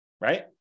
Right